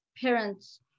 parents